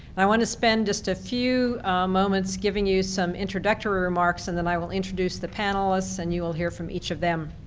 i want to spend just a few moments giving you some introductory remarks, and then i will introduce the panelists and you will hear from each of them.